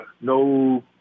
no